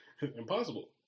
Impossible